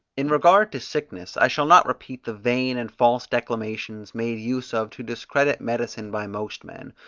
in regard to sickness, i shall not repeat the vain and false declamations made use of to discredit medicine by most men,